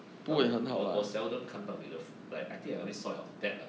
因为我我我 seldom 看到你的 f~ like I think I only saw your dad lah